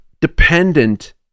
dependent